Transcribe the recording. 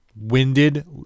winded